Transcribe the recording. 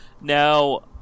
Now